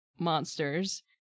monsters